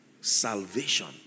Salvation